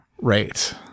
Right